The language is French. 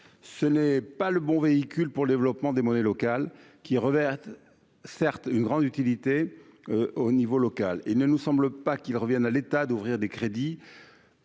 ce n'est pas le bon véhicule pour le développement des monnaies locales qui reverse certes une grande utilité au niveau local et ne nous semble pas qu'il revienne à l'État d'ouvrir des crédits